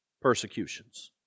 persecutions